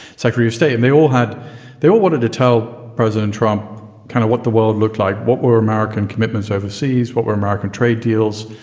sectary of state. and they all had they all wanted to tell president trump kind of what the world looked like, what were american commitments overseas, what we're american trade deals.